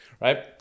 Right